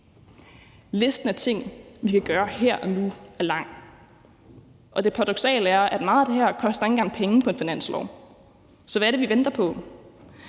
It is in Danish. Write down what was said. Listen af ting, vi kan gøre her og nu, er lang, og det paradoksale er, at meget af det her ikke engang koster penge på en finanslov. Så hvad er det, vi venter på?